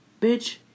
bitch